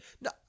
No